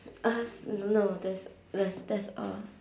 uh s~ no no that's that's that's all